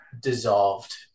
dissolved